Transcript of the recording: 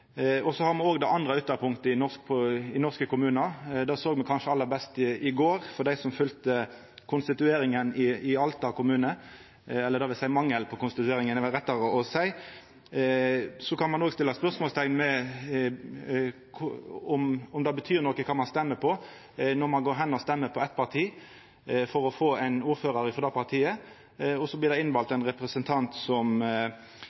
har òg det andre ytterpunktet i norske kommunar. Det såg me kanskje aller best i går, for dei som følgde konstitueringa i Alta kommune – eller det er vel rettare å seia mangelen på konstituering. Ein kan òg stilla spørsmål ved om det betyr noko kva ein stemmer på, når ein går og stemmer på eit parti for å få ein ordførar frå det partiet, og så blir det valt inn ein representant som